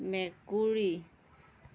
মেকুৰী